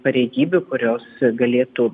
pareigybių kurios galėtų